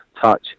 touch